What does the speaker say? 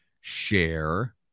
share